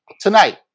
Tonight